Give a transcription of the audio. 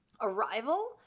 arrival